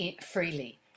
freely